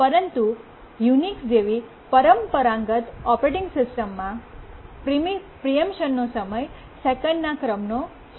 પરંતુ યુનિક્સ જેવી પરંપરાગત ઓપરેટિંગ સિસ્ટમમાં પ્રિમ્પશનનો સમય સેકંડના ક્રમનો છે